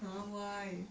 !huh! why